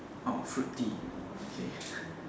oh fruit tea okay